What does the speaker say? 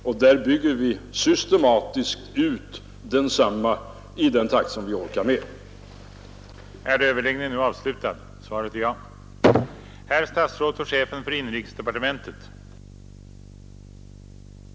Vi bygger också systematiskt ut densamma i så hög takt som vi orkar upprätthålla.